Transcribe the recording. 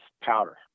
powder